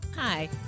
Hi